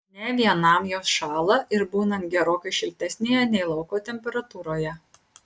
ne vienam jos šąla ir būnant gerokai šiltesnėje nei lauko temperatūroje